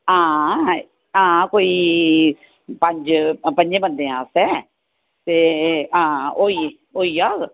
हां हां कोई पंज पंजें बंदे आस्तै ते हा होई होई जाह्ग